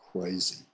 crazy